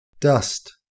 Dust